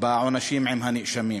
בעונשים עם הנאשמים.